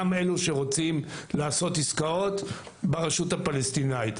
גם אלו שרוצים לעשות עסקאות ברשות הפלסטינית,